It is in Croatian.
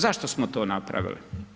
Zašto smo to napravili?